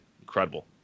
Incredible